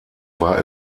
war